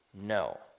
No